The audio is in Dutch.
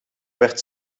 werd